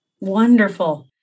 Wonderful